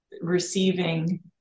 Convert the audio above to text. receiving